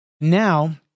Now